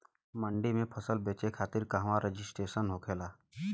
मंडी में फसल बेचे खातिर कहवा रजिस्ट्रेशन होखेला?